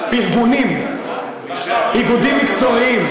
ארגונים, איגודים מקצועיים?